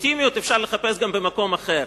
אינטימיות אפשר לחפש גם במקום אחר.